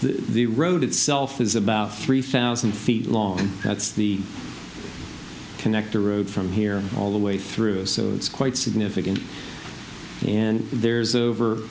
the road itself is about three thousand feet long and that's the connector road from here all the way through so it's quite significant and there's over